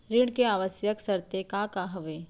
ऋण के आवश्यक शर्तें का का हवे?